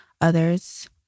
others